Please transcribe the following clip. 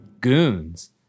goons